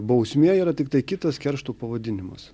bausmė yra tiktai kitas keršto pavadinimas